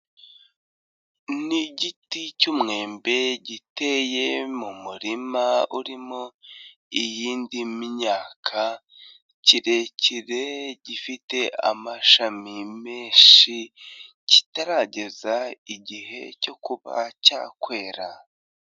Ni igiti cy'umwembe giteye mu murima urimo iyindi myaka, kirekire gifite amashami menshi kitarageza igihe cyo kuba cyakwera.